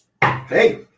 Hey